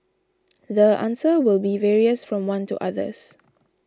the answer will be various from one to others